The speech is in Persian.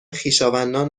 خویشاوندان